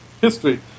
history